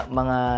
mga